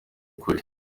ukuri